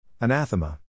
Anathema